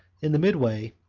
in the mid-way,